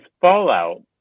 fallout